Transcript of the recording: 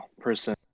person